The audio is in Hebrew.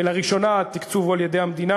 ולראשונה התקצוב הוא על-ידי המדינה.